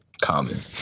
common